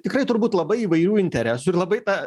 tikrai turbūt labai įvairių interesų ir labai ta